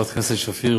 חברת הכנסת שפיר,